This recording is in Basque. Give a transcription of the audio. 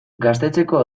gaztetxeko